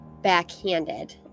backhanded